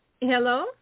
Hello